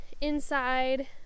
inside